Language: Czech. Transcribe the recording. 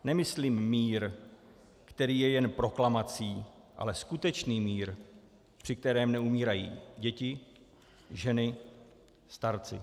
Nemyslím mír, který je jen proklamací, ale skutečný mír, při kterém neumírají děti, ženy, starci.